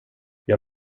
jag